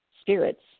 spirits